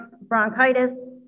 bronchitis